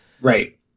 Right